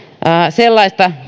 sellaista